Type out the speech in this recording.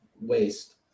waste